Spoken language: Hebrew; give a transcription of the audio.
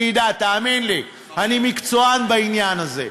אני אדע, תאמין לי, אני מקצוען בעניין הזה.